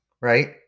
right